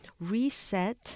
reset